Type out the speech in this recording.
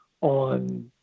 on